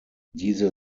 diese